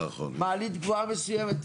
מעלית גבוהה מסוימת,